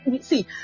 See